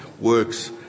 works